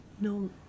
No